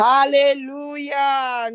Hallelujah